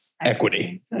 equity